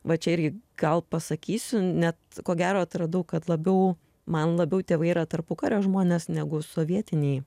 va čia irgi gal pasakysiu net ko gero atradau kad labiau man labiau tėvai yra tarpukario žmonės negu sovietiniai